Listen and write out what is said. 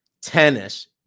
tennis